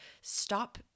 stop